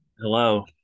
Hello